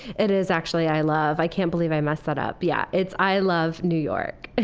it is actually i love. i can't believe i messed that up. yeah, it's i love new york